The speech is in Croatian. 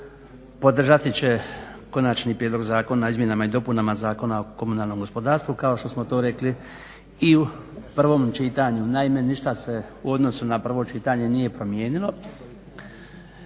podržati će Konačni prijedlog Zakona o izmjenama i dopunama Zakona o komunalnom gospodarstvu, kao što smo to rekli i u prvom čitanju. Naime ništa se u odnosu na prvo čitanje nije promijenilo,